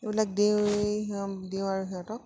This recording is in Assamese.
এইবিলাক দিওঁ আৰু সিহঁতক